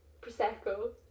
Prosecco